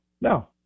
No